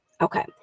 okay